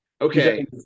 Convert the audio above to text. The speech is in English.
Okay